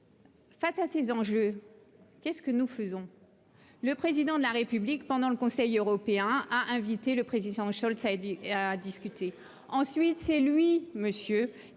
Face à ces enjeux, qu'est ce que nous faisons, le président de la République pendant le Conseil européen a invité le président Charles crédit et à discuter ensuite c'est lui monsieur